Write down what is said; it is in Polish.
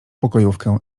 pokojówkę